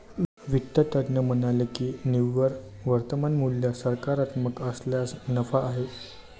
वित्त तज्ज्ञ म्हणाले की निव्वळ वर्तमान मूल्य सकारात्मक असल्यास नफा आहे